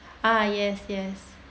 err yes yes